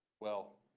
well,